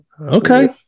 Okay